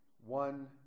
One